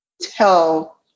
tell